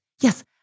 Yes